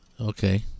okay